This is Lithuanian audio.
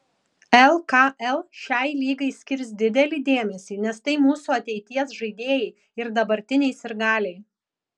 lkl šiai lygai skirs didelį dėmesį nes tai mūsų ateities žaidėjai ir dabartiniai sirgaliai